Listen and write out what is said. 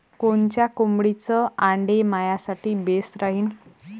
कोनच्या कोंबडीचं आंडे मायासाठी बेस राहीन?